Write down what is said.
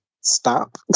stop